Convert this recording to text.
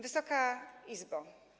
Wysoka Izbo!